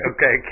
Okay